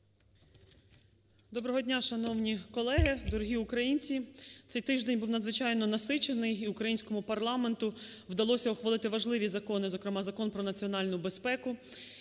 Доброго дня, шановні колеги, дорогі українці! Цей тиждень був надзвичайно насичений і українському парламенту вдалося ухвалити важливі закони, зокрема, Закон про національну безпеку